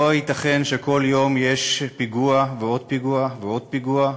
לא ייתכן שבכל יום יש פיגוע ועוד פיגוע ועוד פיגוע,